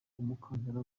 umukandara